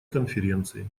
конференции